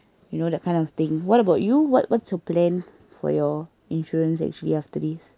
you know that kind of thing what about you what what's your plan for your insurance actually after this